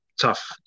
tough